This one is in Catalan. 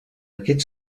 aquest